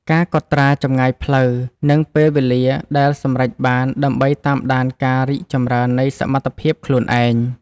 ការកត់ត្រាចម្ងាយផ្លូវ និងពេលវេលាដែលសម្រេចបាន ដើម្បីតាមដានការរីកចម្រើននៃសមត្ថភាពខ្លួនឯង។